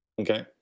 Okay